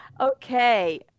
okay